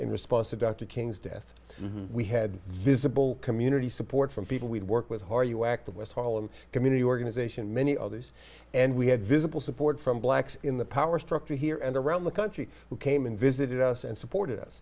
in response to dr king's death we had visible community support from people we'd work with hard you active west harlem community organization many others and we had visible support from blacks in the power structure here and around the country who came and visited us and supported us